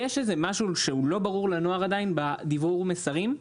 יש איזה משהו שהוא לא ברור לנוער עדיין בדברור המסרים.